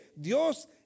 Dios